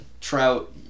Trout